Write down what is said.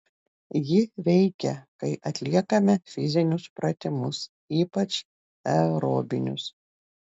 ji veikia kai atliekame fizinius pratimus ypač aerobinius